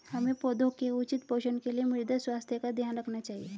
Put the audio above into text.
हमें पौधों के उचित पोषण के लिए मृदा स्वास्थ्य का ध्यान रखना चाहिए